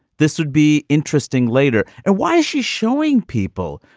this would be interesting later and why is she showing people?